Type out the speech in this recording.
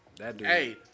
Hey